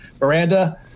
Miranda